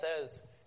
says